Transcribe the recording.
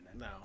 No